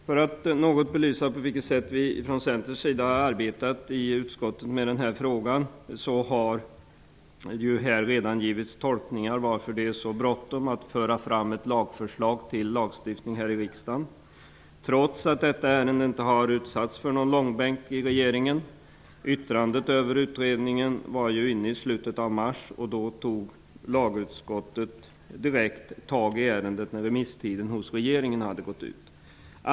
Jag vill något belysa på vilket sätt vi i Centern har arbetat i utskottet med den här frågan. Det har här redan framförts tolkningar av varför det är så bråttom att här i riksdagen föra fram ett förslag till lagstiftning, detta trots att ärendet inte har utsatts för någon långbänk i regeringen. Yttrandet över utredningen kom ju in i slutet av mars, och direkt när remisstiden hos regeringen hade gått ut tog lagutskottet tag i ärendet.